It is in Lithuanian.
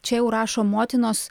čia jau rašo motinos